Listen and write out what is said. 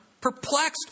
perplexed